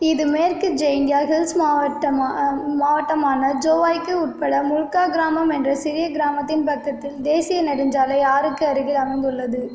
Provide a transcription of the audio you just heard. இது மேற்கு ஜெயின்டியாக ஹில்ஸ் மாவட்ட மாவட்டமான ஜோவாய்க்கு உட்பட முல்கா கிராமம் என்ற சிறிய கிராமத்தின் பக்கத்தில் தேசிய நெடுஞ்சாலை ஆறுக்கு அருகில் அமைந்துள்ளது